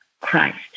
Christ